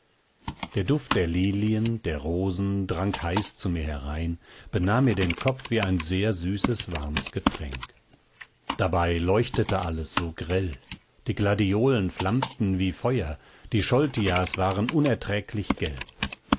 der duft der lilien der rosen drang heiß zu mir herein benahm mir den kopf wie ein sehr süßes warmes getränk dabei leuchtete alles so grell die gladiolen flammten wie feuer die scholtias waren unerträglich gelb